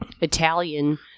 Italian